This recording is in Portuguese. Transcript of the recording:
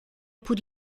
por